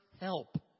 help